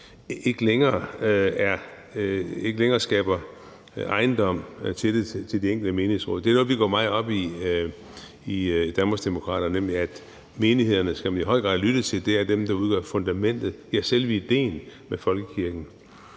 ikke længere skaber ejendom og tillid til de enkelte menighedsråd. Det er noget, vi går meget op i i Danmarksdemokraterne, nemlig at man i høj grad skal lytte til menighederne, for det er dem, der udgør fundamentet, ja, selve idéen med folkekirken.